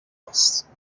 است